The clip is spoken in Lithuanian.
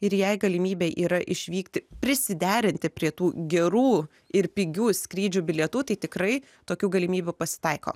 ir jei galimybė yra išvykti prisiderinti prie tų gerų ir pigių skrydžių bilietų tai tikrai tokių galimybių pasitaiko